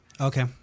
Okay